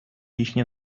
їхні